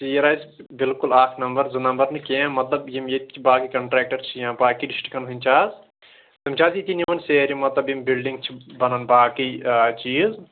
سیٖر آسہِ بِلکُل اکھ نَمبر زٕ نَمبر نہٕ کیٚنٛہہ مطلب یِم ییٚتہِ چھِ باقٕے کَنٹریکٹر چھِ یا باقٕے ڈِسٹرکَن ہِنٛدۍ چھِ اَز تِم چھِ اَز ییٚتی نِوان سیرِ مطلب یِم بِلڈِنٛگ چھِ بَنان باقٕے آ چیٖز